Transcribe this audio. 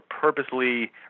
purposely